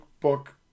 book